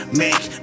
make